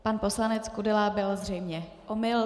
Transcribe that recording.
Pan poslanec Kudela byl zřejmě omyl.